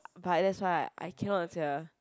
but that's why I cannot sia